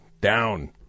Down